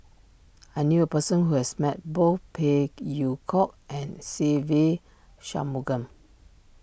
I knew a person who has met both Phey Yew Kok and Se Ve Shanmugam